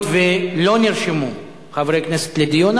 היות שלא נרשמו חברי כנסת לדיון,